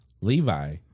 Levi